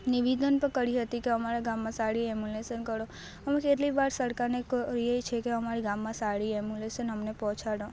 નિવેદન પણ કરી હતી કે અમારા ગામમાં સારી એમબુલેશન કરો અમે કેટલીક વાર સરકારને કહીએ છીએ કે અમારે ગામમાં સારી એમ્બુલેસન અમને પહોંચાડો